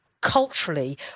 culturally